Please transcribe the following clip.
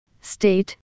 state